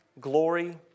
glory